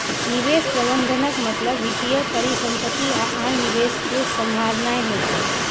निवेश प्रबंधनक मतलब वित्तीय परिसंपत्ति आ आन निवेश कें सम्हारनाय होइ छै